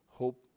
hope